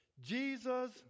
Jesus